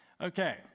Okay